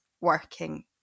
working